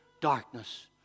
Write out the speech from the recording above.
darkness